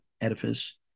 edifice